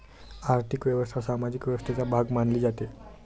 आर्थिक व्यवस्था सामाजिक व्यवस्थेचा भाग मानली जाते